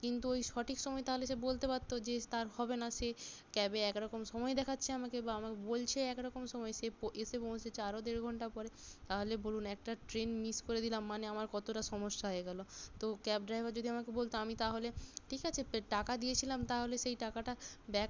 কিন্তু ওই সঠিক সময়ে তাহালে সে বলতে পারতো যেস্ তার হবে না সে ক্যাবে এক রকম সময় দেখাচ্ছে আমাকে বা আমাকে বলছে এক রকম সময় সে পোঁ এসে পৌঁছেছে আরও দেড় ঘন্টা পরে তাহালে বলুন একটা ট্রেন মিস করে দিলাম মানে আমার কতোটা সমস্যা হয়ে গেলো তো ক্যাব ড্রাইভার যদি আমাকে বলতো আমি তাহলে ঠিক আছে পের টাকা দিয়েছিলাম তাহলে সেই টাকাটা ব্যাক